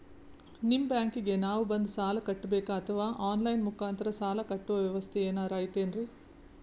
ನಿಮ್ಮ ಬ್ಯಾಂಕಿಗೆ ನಾವ ಬಂದು ಸಾಲ ಕಟ್ಟಬೇಕಾ ಅಥವಾ ಆನ್ ಲೈನ್ ಮುಖಾಂತರ ಸಾಲ ಕಟ್ಟುವ ವ್ಯೆವಸ್ಥೆ ಏನಾರ ಐತೇನ್ರಿ?